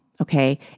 okay